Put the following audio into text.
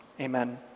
Amen